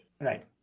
Right